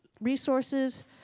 resources